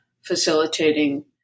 facilitating